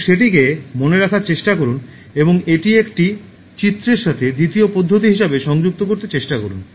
এবং সেটিকে মনে রাখার চেষ্টা করুন এবং এটি একটি চিত্রের সাথে দ্বিতীয় পদ্ধতি হিসাবে সংযুক্ত করতে চেষ্টা করুন